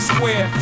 Square